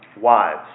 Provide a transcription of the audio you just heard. Wives